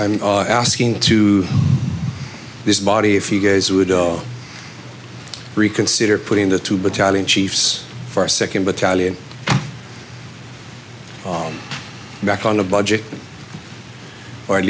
i'm asking to this body if you guys would reconsider putting the two battalion chiefs for a second battalion back on a budget or at